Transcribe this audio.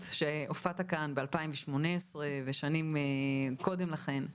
שהופעת כאן ב-2018 ובשנים הקודמות,